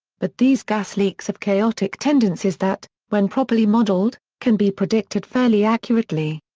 but these gas leaks have chaotic tendencies that, when properly modeled, can be predicted fairly accurately.